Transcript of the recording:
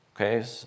Okay